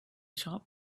shop